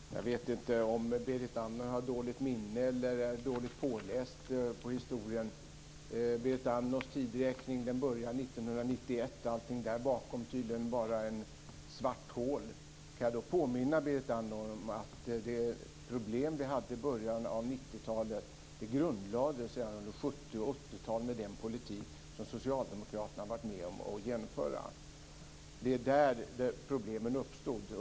Fru talman! Jag vet inte om Berit Andnor har dåligt minne eller är dåligt påläst på historien. Berit Andnors tidräkning börjar 1991, och allt innan dess är tydligen bara ett svart hål. Jag kan då påminna Berit Andnor om att de problem vi hade i början av 90-talet grundlades redan under 70 och 80-talet, med den politik som Socialdemokraterna varit med om att genomföra. Det var där problemen uppstod.